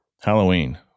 Halloween